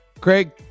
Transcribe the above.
Craig